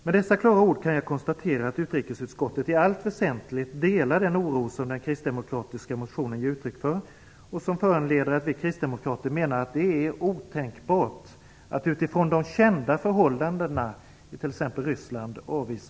Med dessa klara ord kan jag konstatera att utrikesutskottet i allt väsentligt delar den oro som den kristdemokratisk motionen ger uttryck för, och som föranleder att vi kristdemokrater menar att det är otänkbart att utifrån de kända förhållandena i t.ex.